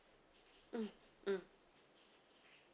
mm mm